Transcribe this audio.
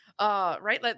Right